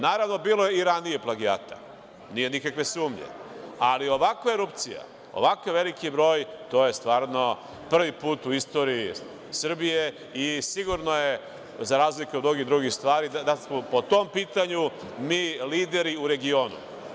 Naravno, bilo je i ranije plagijata, nema nikakve sumnje, ali ovakva erupcija, ovako veliki broj, to je stvarno prvi put u istoriji Srbije i sigurno je, za razliku od mnogih drugih stvari, da smo po tom pitanju mi lideri u regionu.